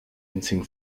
winzigen